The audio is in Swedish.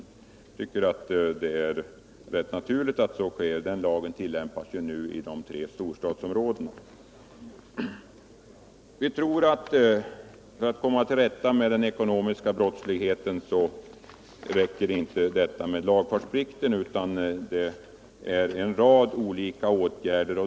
Jag tycker att det är rätt naturligt att så sker. Den lagen tillämpas ju nu i de tre storstadsområdena. Vi tror att det inte räcker med en skärpning av lagfartsplikten för att komma till rätta med den ekonomiska brottsligheten.